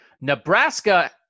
Nebraska